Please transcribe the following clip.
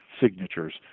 signatures